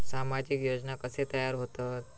सामाजिक योजना कसे तयार होतत?